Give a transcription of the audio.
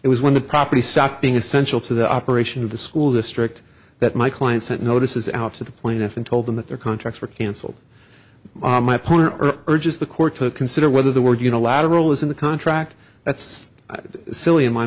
it was when the property stopped being essential to the operation of the school district that my client sent notices out to the plaintiff and told them that their contracts were cancelled my partner urges the court to consider whether the word unilateral is in the contract that's silly in my